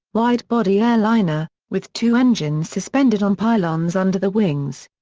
wide-body airliner, with two engines suspended on pylons under the wings.